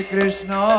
Krishna